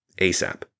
ASAP